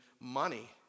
money